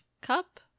cup